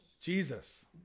Jesus